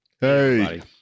Hey